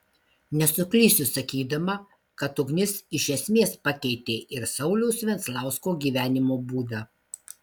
nesuklysiu sakydama kad ugnis iš esmės pakeitė ir sauliaus venclausko gyvenimo būdą